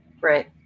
Right